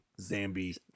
Zambi